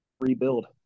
rebuild